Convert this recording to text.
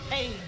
Hey